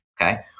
Okay